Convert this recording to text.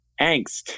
angst